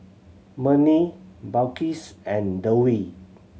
Murni Balqis and Dewi